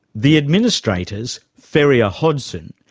the administrators, ferrier hodgson,